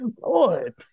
Lord